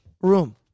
room